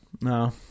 no